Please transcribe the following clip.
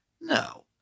No